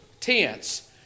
tents